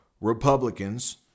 Republicans